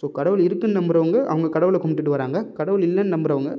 so கடவுள் இருக்குன்னு நம்புறவங்க அவங்க கடவுளை கும்பிடுட்டு வராங்க கடவுள் இல்லைன்னு நம்புறவங்க